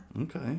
Okay